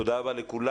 תודה רבה לכולם.